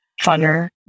funner